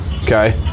Okay